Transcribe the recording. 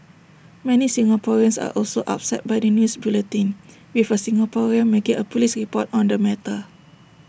many Singaporeans are also upset by the news bulletin with A Singaporean making A Police report on the matter